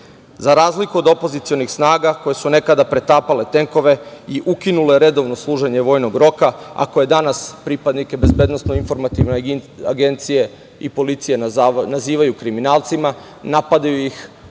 razliku od opozicionih snaga koje su nekada pretapale tenkove i ukinule redovno služenje vojnog roka, a koje danas pripadnike BIA i policije nazivaju kriminalcima, napadaju ih